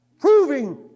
proving